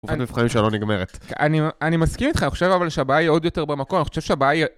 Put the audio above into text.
שלא נגמרת - אני מסכים איתך, אני חושב שהבעיה עוד יותר במקום, אני חושב שהבעיה...